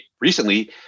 recently